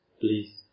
please